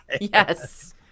Yes